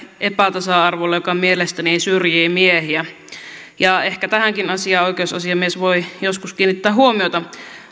epätasa arvolle joka mielestäni syrjii miehiä ehkä tähänkin asiaan oikeusasiamies voi joskus kiinnittää huomiota